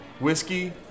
whiskey